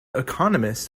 economist